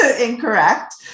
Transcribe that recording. Incorrect